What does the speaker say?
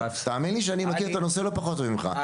תאמין לי שאני מכיר את הנושא לא פחות ממך,